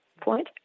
point